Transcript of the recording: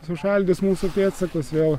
sušaldys mūsų pėdsakus vėl